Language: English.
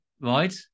right